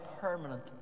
permanent